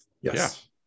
Yes